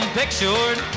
pictured